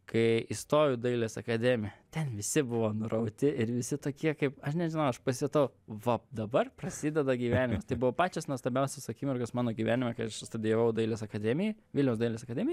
kai įstojau į dailės akademiją ten visi buvo nurauti ir visi tokie kaip aš nežinau aš pasijutau va dabar prasideda gyvenimas tai buvo pačios nuostabiausios akimirkos mano gyvenime kai aš studijavau dailės akademijoj vilniaus dailės akademijoj